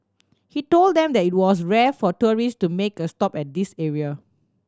he told them that it was rare for tourist to make a stop at this area